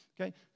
okay